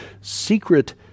secret